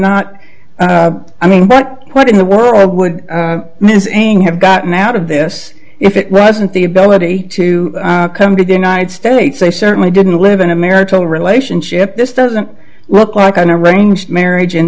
not i mean but what in the world would have gotten out of this if it wasn't the ability to come to the united states they certainly didn't live in a marital relationship this doesn't look like an arranged marriage in